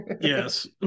Yes